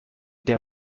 der